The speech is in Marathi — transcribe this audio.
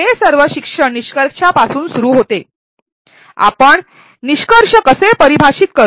हे सर्व शिक्षण निष्कर्षांपासून सुरू होते आपण निष्कर्ष कसे परिभाषित करू